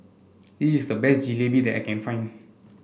it is the best Jalebi that I can find